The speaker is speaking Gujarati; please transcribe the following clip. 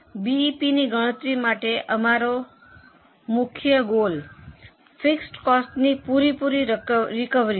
બીઈપીની ગણતરી માટે અમારું મુખ્ય ગોળ ફિક્સડ કોસ્ટની પુરી રિકવરી છે